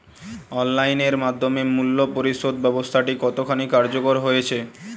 Online এর মাধ্যমে মূল্য পরিশোধ ব্যাবস্থাটি কতখানি কার্যকর হয়েচে?